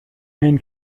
main